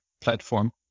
platform